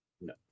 No